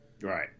Right